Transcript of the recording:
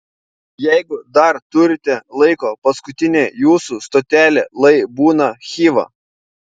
jeigu dar turite laiko paskutinė jūsų stotelė lai būna chiva